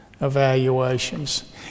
evaluations